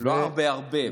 לא הרבה, הרבה.